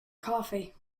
coffee